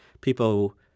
people